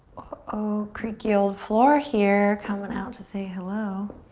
oh creaky old floor here coming out to say hello.